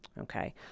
okay